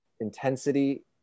intensity